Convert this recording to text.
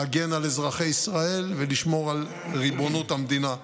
להגן על אזרחי ישראל ולשמור על ריבונות המדינה.